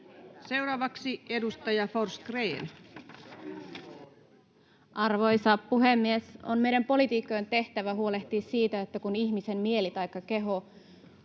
Seuraavaksi edustaja Forsgrén. Arvoisa puhemies! On meidän poliitikkojen tehtävä huolehtia siitä, että kun ihmisen mieli taikka keho